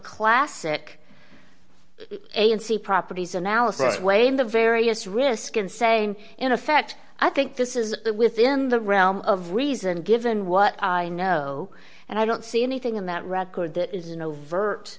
classic a n c properties analysis way in the various risk in saying in effect i think this is within the realm of reason given what i know and i don't see anything in that record that is an overt